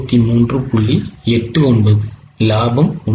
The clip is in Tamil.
89 லாபம் உள்ளது